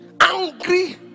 Angry